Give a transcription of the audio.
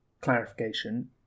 clarification